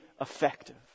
effective